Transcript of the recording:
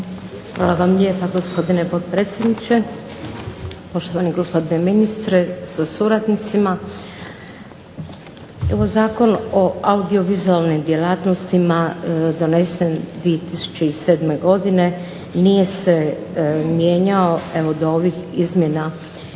Hvala vam lijepa, gospodine potpredsjedniče. Poštovani gospodine ministre sa suradnicima. Zakon o audiovizualnim djelatnostima donesen 2007. godine nije se mijenjao evo do ovih izmjena